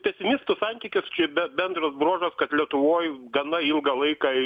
pesimistų santykis čia be bendras bruožas kad lietuvoj gana ilgą laiką